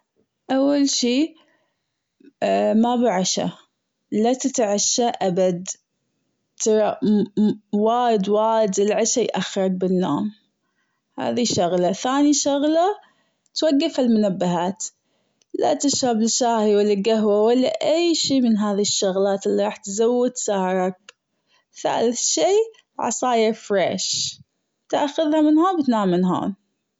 أول شي مابه عشا لا تتعشى أبد ترى وايد وايد العشا يأخرك بالنوم هذي شغلة ثاني شغلة توقف المنبهات لاتشرب الشاي ولا القهوةولا أي شي من هذي الأشياء اللي راح تزود سهرك ثالث شي عصاير فريش تاخذها من هون تنام من هون.